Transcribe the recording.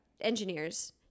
engineers